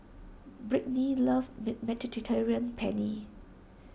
Brittnee loves mid Mediterranean Penne